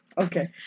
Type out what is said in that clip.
Okay